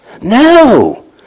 No